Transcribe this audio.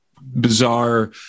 bizarre